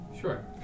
Sure